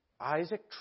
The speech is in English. Isaac